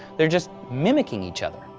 they're just, mimicking each other.